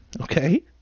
Okay